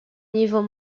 niveau